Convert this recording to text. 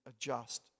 adjust